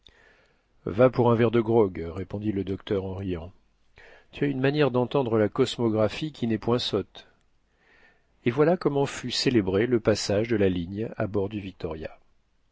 va pour un verre de grog répondit le docteur en riant tu as une manière d'entendre la cosmographie qui n'est point sotte et voilà comment fut célébré le passage de la ligne à bord du victoria